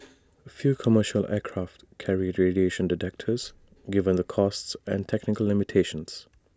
few commercial aircraft carry radiation detectors given the costs and technical limitations